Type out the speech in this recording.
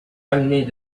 amenée